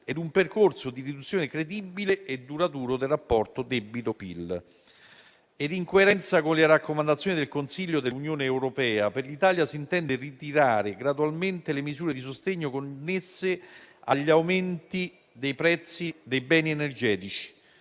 ed un percorso di riduzione credibile e duraturo del rapporto debito-PIL. In coerenza con le raccomandazioni del Consiglio dell'Unione europea per l'Italia, si intende ritirare gradualmente le misure di sostegno connesse agli aumenti dei prezzi dei beni energetici.